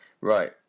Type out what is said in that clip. right